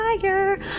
fire